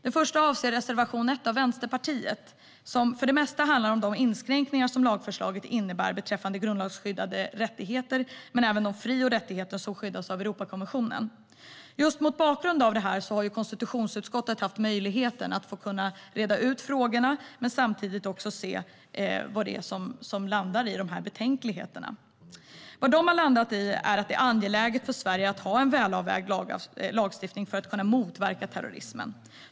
Den första avser reservation 1 av Vänsterpartiet som för det mesta handlar om de inskränkningar som lagförslaget innebär beträffande grundlagsskyddade rättigheter men även de fri och rättigheter som skyddas av Europakonventionen. Mot bakgrund av detta har konstitutionsutskottet haft möjlighet att reda ut frågorna och samtidigt se vad det är som landar i de här betänkligheterna. Vad de har landat i är att det är angeläget för Sverige att ha en välavvägd lagstiftning för att kunna motverka terrorismen.